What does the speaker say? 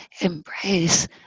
embrace